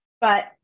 but-